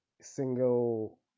single